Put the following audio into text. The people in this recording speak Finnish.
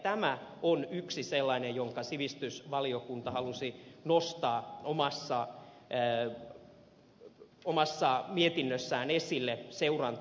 tämä on yksi sellainen asia jonka sivistysvaliokunta halusi nostaa omassa mietinnössään esille seuranta asiana